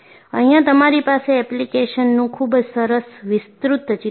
અહીંયા તમારી પાસે એપ્લિકેશનનું ખૂબ જ સરસ વિસ્તૃત ચિત્ર છે